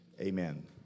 amen